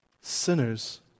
Sinners